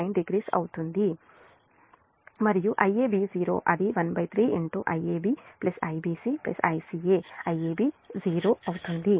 మరియు Iab0 అది 13 Iab Ibc Ica Iab0 0 అవుతుంది